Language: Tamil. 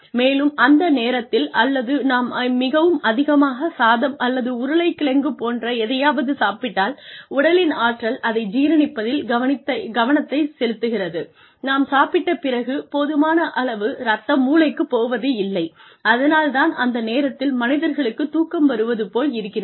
மேலும் அந்த நேரத்தில் அல்லது நாம் மிகவும் அதிகமாக சாதம் அல்லது உருளைக்கிழங்கு போன்ற எதையாவது சாப்பிட்டால் உடலின் ஆற்றல் அதை ஜீரணிப்பதில் கவனத்தைச் செலுத்துகிறது நாம் சாப்பிட்ட பிறகு போதுமான அளவு ரத்தம் மூளைக்கு போவதில்லை அதனால் தான் அந்த நேரத்தில் மனிதர்களுக்கு தூக்கம் வருவது போல இருக்கிறது